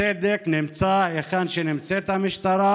הצדק נמצא היכן שנמצאת המשטרה,